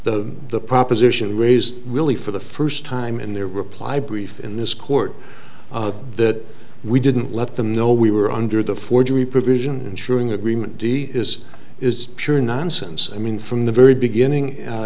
the proposition raised really for the first time in their reply brief in this court that we didn't let them know we were under the forgery provision ensuring agreement d is is pure nonsense i mean from the very beginning